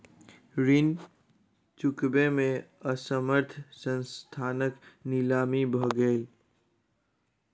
ऋण चुकबै में असमर्थ संस्थानक नीलामी भ गेलै